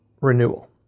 renewal